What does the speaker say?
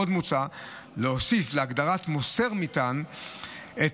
עוד מוצע להוסיף להגדרת מוסר מטען את